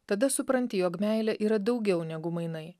tada supranti jog meilė yra daugiau negu mainai